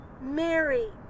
Mary